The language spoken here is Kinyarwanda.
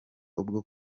ubwo